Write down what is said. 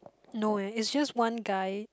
no eh it's just one guy